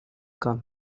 come